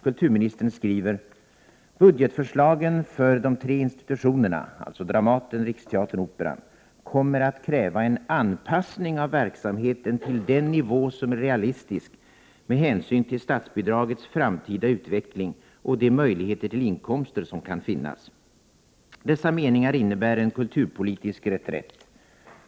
Kulturministern skriver: ”Budgetförslagen för de tre institutionerna kommer att kräva en anpassning av verksamheten till den nivå som är realistisk med hänsyn till statsbidragets framtida utveckling och de möjligheter till inkomster som kan finnas.” Dessa meningar innebär en kulturpolitisk reträtt.